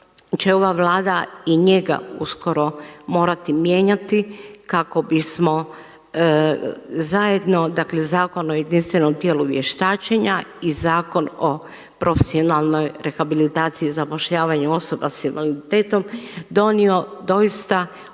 će ova Vlada i njega uskoro morati mijenjati kako bismo zajedno, dakle Zakon o jedinstvenom tijelu vještačenja i Zakon o profesionalnoj rehabilitaciji i zapošljavanju osoba sa invaliditetom donio doista